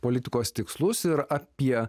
politikos tikslus ir apie